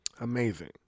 Amazing